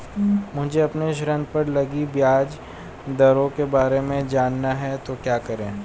मुझे अपने ऋण पर लगी ब्याज दरों के बारे में जानना है तो क्या करें?